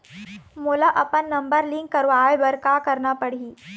मोला अपन number link करवाये बर का करना पड़ही?